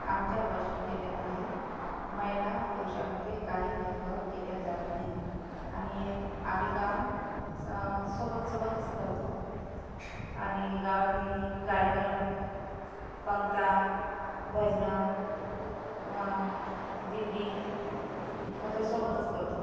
आमच्या वाशिम जिल्ह्यामध्ये महिला पुरुषामध्ये काही भेदभाव केला जात नाही आणि आम्ही काम सोबत सोबतच करतो आणि गावात कार्यक्रम पंगत भजनं दिंडी असे सोबतच करतो